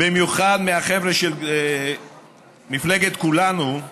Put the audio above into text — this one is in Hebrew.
במיוחד מהחבר'ה של מפלגת כולנו,